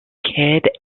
kid